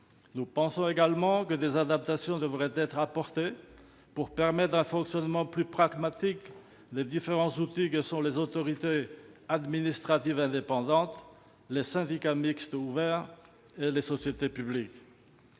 Nous pensons également que des adaptations devraient être apportées pour permettre un fonctionnement plus pragmatique des différents outils que sont les autorités administratives indépendantes, les syndicats mixtes ouverts et les sociétés publiques.